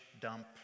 dump